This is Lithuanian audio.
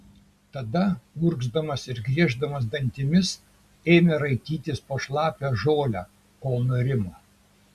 tada urgzdamas ir grieždamas dantimis ėmė raitytis po šlapią žolę kol nurimo